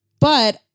But-